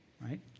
right